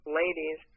ladies